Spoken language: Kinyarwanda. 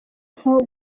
nko